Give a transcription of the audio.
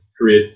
create